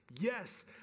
yes